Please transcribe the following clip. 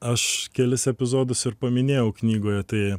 aš kelis epizodus ir paminėjau knygoje tai